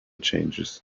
changes